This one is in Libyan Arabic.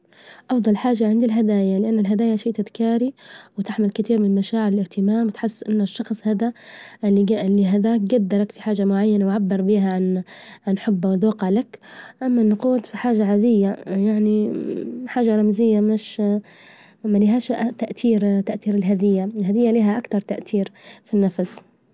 أفظل حاجة عندي الهدايا، لأن الهدايا شي تذكاري، وتحمل كثير من مشاعر الاهتمام، وتحس إن الشخص هذا إللي هداك جدرك في حاجة معينة، وعبر بها عن- عن حبه وذوجه لك، أما النجود فحاجة عادية، يعني حاجة رمزية مش فما لهاش تأثير- تأثير الهدية، الهدية لها أكثر تأثير في النفس.